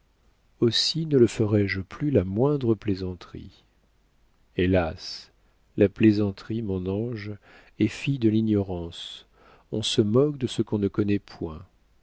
aussi ne te ferai-je plus la moindre plaisanterie hélas la plaisanterie mon ange est fille de l'ignorance on se moque de ce qu'on ne connaît point